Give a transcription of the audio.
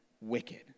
wicked